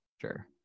Sure